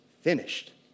finished